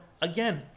again